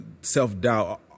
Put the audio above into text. self-doubt